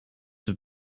have